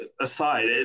aside